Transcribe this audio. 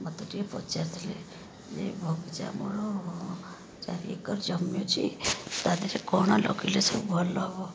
ମୋତେ ଟିକେ ପଚାରିଥିଲେ ଯେ ବଗିଚା ମୋର ଚାରି ଏକର୍ ଜମି ଅଛି ତା ଦେହରେ କଣ ଲଗେଇଲେ ସବୁ ଭଲ ହେବ